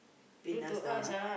pin us down ah